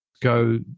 go